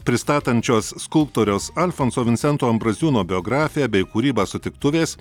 pristatančios skulptoriaus alfonso vincento ambraziūno biografiją bei kūrybą sutiktuvės